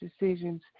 decisions